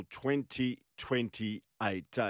2028